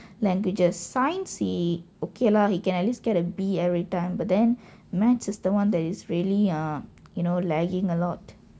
languages science he okay lah he can at least get a b every time but then maths is the one that is really uh you know lagging a lot